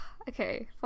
Okay